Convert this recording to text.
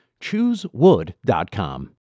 ChooseWood.com